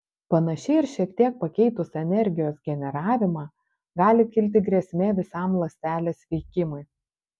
panašiai ir šiek tiek pakeitus energijos generavimą gali kilti grėsmė visam ląstelės veikimui